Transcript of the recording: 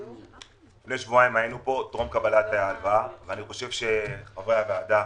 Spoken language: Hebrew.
לפני שבועיים היינו פה טרום קבלת ההלוואה וחברי הוועדה,